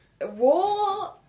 War